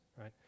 right